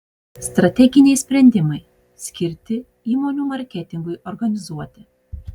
strateginiai sprendimai skirti įmonių marketingui organizuoti